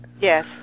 Yes